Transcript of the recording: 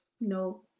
No